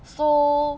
so